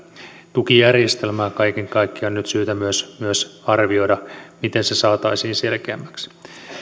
tukijärjestelmää kaiken kaikkiaan on nyt syytä myös myös arvioida miten se saataisiin selkeämmäksi